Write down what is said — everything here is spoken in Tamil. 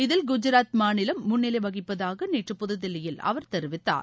இதில் குஜராத் மாநிலம் முன்னிலை வகிப்பதாக நேற்று புதுதில்லியில் அவர் தெரிவித்தார்